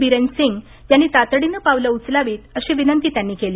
बिरेनसिंग यांनी तातडीनं पावलं उचलावीत अशी विनंती त्यांनी केली